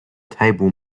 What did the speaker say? table